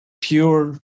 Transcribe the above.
pure